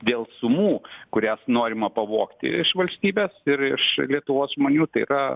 dėl sumų kurias norima pavogti iš valstybės ir iš lietuvos žmonių tai yra